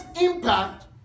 impact